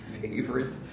favorite